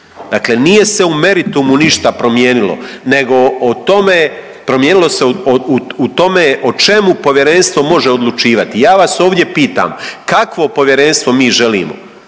Dakle, nije se u meritumu ništa promijenilo nego o tome, promijenilo se u tome o čemu povjerenstvo može odlučivati. I ja vas ovdje pitam, kakvo povjerenstvo mi želimo?